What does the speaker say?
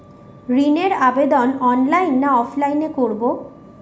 ঋণের আবেদন অনলাইন না অফলাইনে করব?